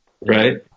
right